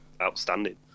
outstanding